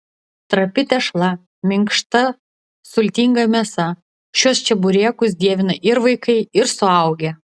trapi tešla minkšta sultinga mėsa šiuos čeburekus dievina ir vaikai ir suaugę